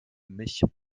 mich